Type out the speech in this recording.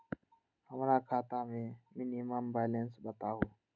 हमरा खाता में मिनिमम बैलेंस बताहु?